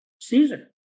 Caesar